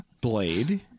Blade